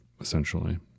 essentially